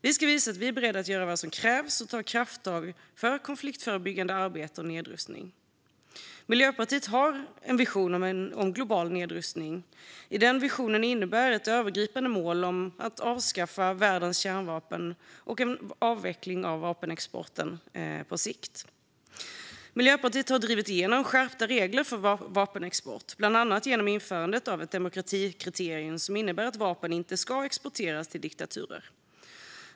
Vi ska visa att vi är beredda att göra vad som krävs och ta krafttag för konfliktförebyggande arbete och nedrustning. Miljöpartiet har en vision om global nedrustning. I den visionen ingår ett övergripande mål om att avskaffa världens kärnvapen och att på sikt avveckla vapenexporten. Miljöpartiet har drivit igenom skärpta regler för vapenexporten, bland annat genom införandet av ett demokratikriterium som innebär att vapen inte ska exporteras till diktaturer.